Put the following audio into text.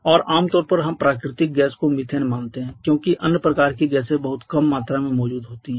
और आमतौर पर हम प्राकृतिक गैस को मीथेन मानते हैं क्योंकि अन्य प्रकार की गैसें बहुत कम मात्रा में मौजूद होती हैं